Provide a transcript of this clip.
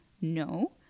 No